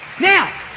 Now